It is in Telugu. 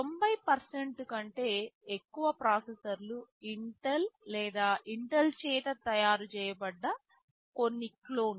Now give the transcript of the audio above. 90 కంటే ఎక్కువ ప్రాసెసర్లు ఇంటెల్ లేదా ఇంటెల్ చేత తయారు చేయబడ్డ కొన్ని క్లోన్లు